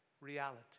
Reality